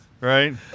Right